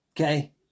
okay